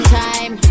time